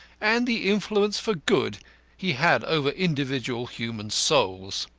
and the influence for good he had over individual human souls?